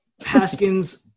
haskins